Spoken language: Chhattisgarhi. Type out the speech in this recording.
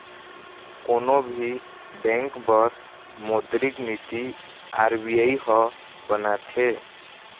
कोनो भी बेंक बर मोद्रिक नीति आर.बी.आई ह बनाथे